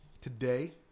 today